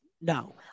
No